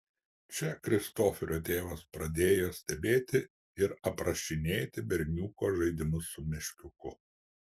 čia kristoferio tėvas pradėjo stebėti ir aprašinėti berniuko žaidimus su meškiuku